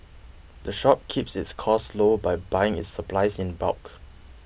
the shop keeps its costs low by buying its supplies in bulk